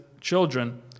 children